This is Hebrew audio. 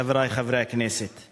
חברי חברי הכנסת,